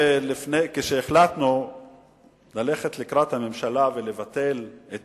כשהחלטנו ללכת לקראת הממשלה ולבטל את